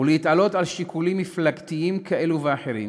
ולהתעלות מעל שיקולים מפלגתיים כאלו ואחרים,